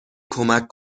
کمک